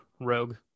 rogue